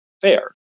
fair